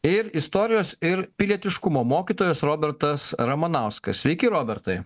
ir istorijos ir pilietiškumo mokytojas robertas ramanauskas sveiki robertai